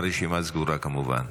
הרשימה סגורה, כמובן.